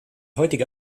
heutige